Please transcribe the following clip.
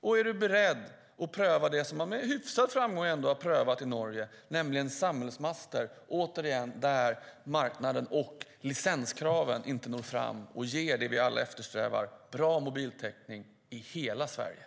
Och är hon beredd att pröva det som med hyfsad framgång prövats i Norge, nämligen samhällsmaster i områden där marknaden och licenskraven inte ger det som vi alla eftersträvar, bra mobiltäckning i hela landet?